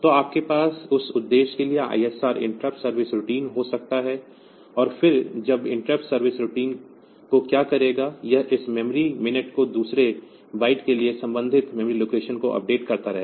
तो आपके पास उस उद्देश्य के लिए ISR इंटरप्ट सर्विस रूटीन हो सकता है और फिर उस इंटरप्ट सर्विस रूटीन को क्या करेगा यह इस मेमोरी मिनट को दूसरे बाइट्स के लिए संबंधित मेमोरी लोकेशन को अपडेट करता रहेगा